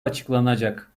açıklanacak